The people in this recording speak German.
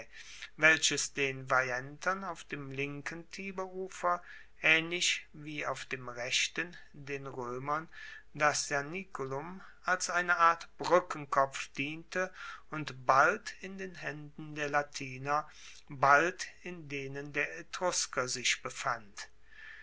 welches den veientern auf dem linken tiberufer aehnlich wie auf dem rechten den roemern das ianiculum als eine art brueckenkopf diente und bald in den haenden der latiner bald in denen der etrusker sich befand